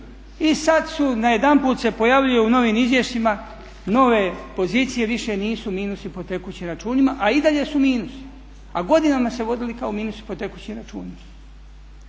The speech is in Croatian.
i sad su najedanput se pojavljuje u novim izvješćima nove pozicije, više nisu minusi po tekućim računima a i dalje su minusi, a godinama se vodili kao minusi po tekućim računima,